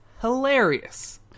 hilarious